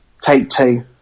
Take-Two